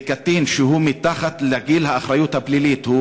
של קטין שהוא מתחת לגיל האחריות הפלילית,